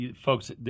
folks